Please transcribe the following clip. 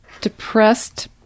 Depressed